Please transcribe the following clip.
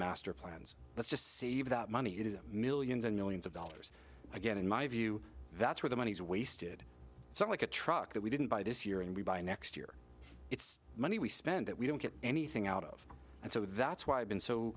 master plans let's just save that money it is millions and millions of dollars i get in my view that's where the money is wasted so i like a truck that we didn't buy this year and we by next year it's money we spent that we don't get anything out of and so that's why i've been so